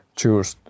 choose